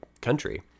country